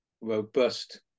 robust